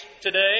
today